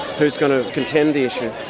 who's going to contend the issue?